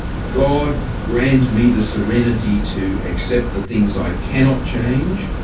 god grant me the serenity to accept the things i cannot change,